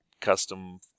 custom